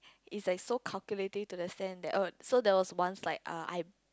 is like so calculative to the cent that oh so there was once like ah I